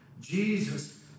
Jesus